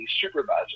supervisor